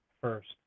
first